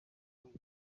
point